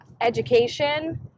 education